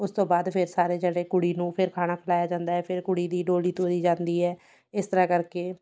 ਉਸ ਤੋਂ ਬਾਅਦ ਫਿਰ ਸਾਰੇ ਜਣੇ ਕੁੜੀ ਨੂੰ ਫਿਰ ਖਾਣਾ ਖਿਲਾਇਆ ਜਾਂਦਾ ਹੈ ਫਿਰ ਕੁੜੀ ਦੀ ਡੋਲੀ ਤੋਰੀ ਜਾਂਦੀ ਹੈ ਇਸ ਤਰ੍ਹਾਂ ਕਰਕੇ